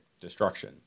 destruction